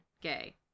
gay